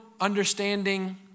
understanding